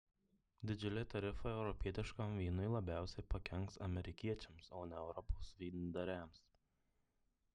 didžiuliai tarifai europietiškam vynui labiausiai pakenks amerikiečiams o ne europos vyndariams